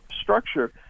structure